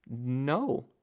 No